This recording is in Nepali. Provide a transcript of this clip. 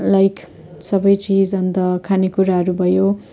लाइक सबै चिज अन्त खानेकुराहरू भयो